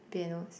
pianos